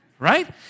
right